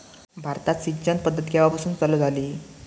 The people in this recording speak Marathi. भारतात सिंचन पद्धत केवापासून चालू झाली?